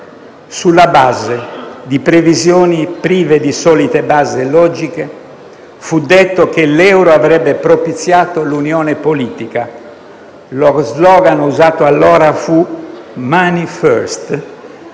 Sulla base di previsioni prive di solide basi logiche, fu detto che l'euro avrebbe propiziato l'unione politica. Lo *slogan* usato allora fu *money first*,